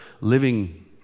living